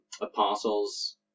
apostles